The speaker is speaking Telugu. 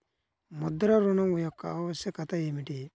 ముద్ర ఋణం యొక్క ఆవశ్యకత ఏమిటీ?